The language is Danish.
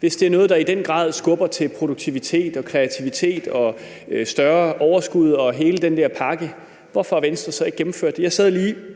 Hvis det er noget, der i den grad skubber til produktivitet og kreativitet og større overskud og hele den der pakke, hvorfor har Venstre så ikke gennemført det? Jeg var lige